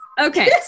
Okay